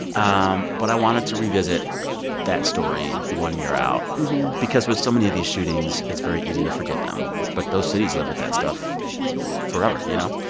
um but i wanted to revisit that story one year out because with so many of these shootings, it's very easy to forget them. but those cities live with that stuff forever, you know.